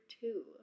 two